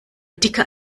dicker